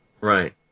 Right